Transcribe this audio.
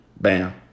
Bam